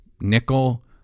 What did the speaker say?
nickel